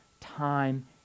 time